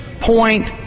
point